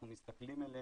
אנחנו מסתכלים עליהם,